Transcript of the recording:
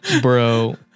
bro